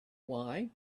why